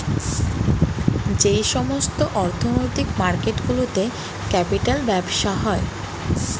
যেই সমস্ত অর্থনৈতিক মার্কেট গুলোতে ক্যাপিটাল ব্যবসা হয়